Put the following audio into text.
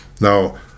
Now